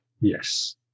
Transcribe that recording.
yes